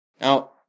Now